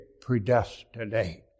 predestinate